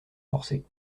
forcés